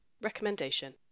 Recommendation